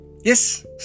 Yes